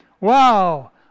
Wow